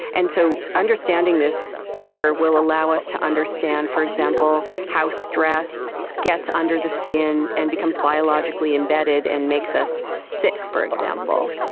and so understanding this better will allow us to understand, for example, how stress gets under the skin and becomes biologically embedded and makes us sick, for example.